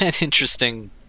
interesting